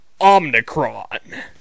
Omnicron